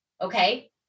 okay